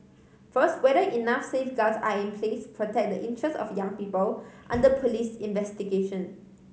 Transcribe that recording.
first whether enough safeguards are in place protect the interests of young people under police investigation